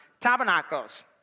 tabernacles